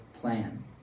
plan